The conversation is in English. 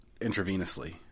intravenously